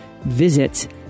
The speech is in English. visit